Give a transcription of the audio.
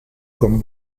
con